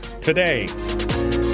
today